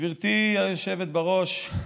גברתי היושבת-ראש,